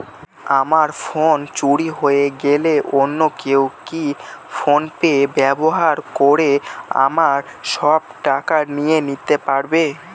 আমার ফোন চুরি হয়ে গেলে অন্য কেউ কি ফোন পে ব্যবহার করে আমার সব টাকা নিয়ে নিতে পারবে?